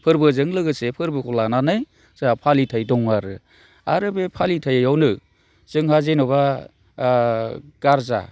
फोरबोजों लोगोसे फोरबोखौ लानानै जाहा फालिथाय दङ आरो आरो बे फालिथायावनो जोंहा जेन'बा गारजा